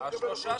לדעת.